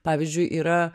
pavyzdžiui yra